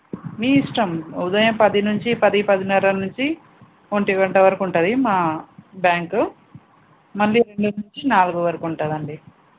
మీ ఇష్టం ఉదయం పది నుంచి పది పదిన్నర నుంచి ఒంటిగంట వరకు ఉంటుంది మా బ్యాంకు మళ్ళీ రెండు నుంచి నాలుగు వరకు ఉంటుంది అండి